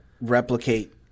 replicate